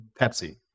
Pepsi